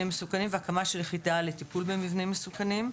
מסוכנים והקמת יחידה לטיפול במבנים מסוכנים.